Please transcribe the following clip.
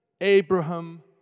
Abraham